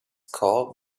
called